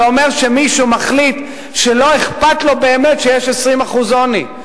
זה אומר שמישהו מחליט שלא אכפת לו באמת שיש 20% עוני,